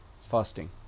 fasting